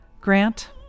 Grant